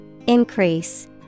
Increase